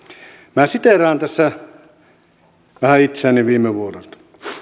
minä siteeraan tässä vähän itseäni viime vuodelta